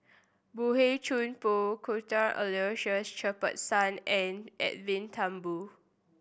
Boey Chuan Poh Cuthbert Aloysius Shepherdson and Edwin Thumboo